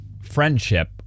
friendship